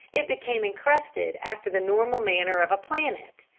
it became incrusted after the normal manner of a planet,